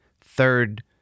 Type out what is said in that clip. third